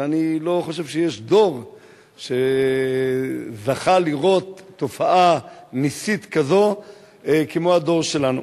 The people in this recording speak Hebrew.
ואני לא חושב שיש דור שזכה לראות תופעה נסית כזאת כמו הדור שלנו,